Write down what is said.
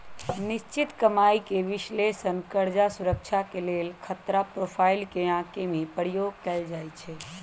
निश्चित कमाइके विश्लेषण कर्जा सुरक्षा के लेल खतरा प्रोफाइल के आके में प्रयोग कएल जाइ छै